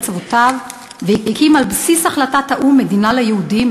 אבותיו והקים על בסיס החלטת האו"ם מדינה ליהודים,